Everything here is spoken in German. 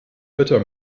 wetter